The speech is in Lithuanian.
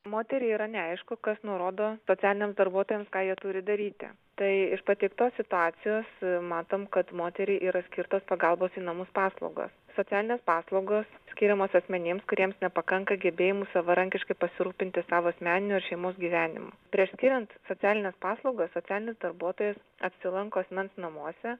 moteriai yra neaišku kas nurodo socialiniams darbuotojams ką jie turi daryti tai iš pateiktos situacijos matom kad moteriai yra skirtos pagalbos į namus paslaugos socialinės paslaugos skiriamos asmenims kuriems nepakanka gebėjimų savarankiškai pasirūpinti savo asmeniniu ar šeimos gyvenimu prieš skiriant socialines paslaugas socialinis darbuotojas apsilanko asmens namuose